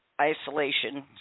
isolation